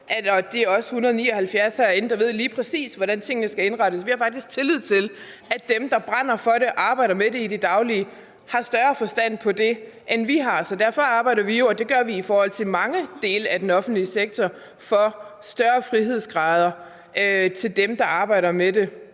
det er os 179 herinde, der ved lige præcis, hvordan tingene skal indrettes. Vi har faktisk tillid til, at dem, der brænder for det og arbejder med det i det daglige, har større forstand på det, end vi har. Så derfor arbejder vi for større frihedsgrader – og det gør vi i forhold til store dele af den offentlige sektor – til dem, der arbejder med det